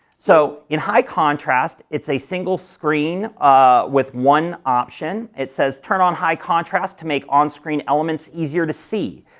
so, in high contrast, it's a single screen ah with one option. it says turn on high contrast to make on screen elements easier to see.